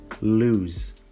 lose